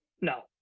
No